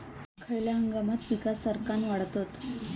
खयल्या हंगामात पीका सरक्कान वाढतत?